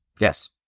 Yes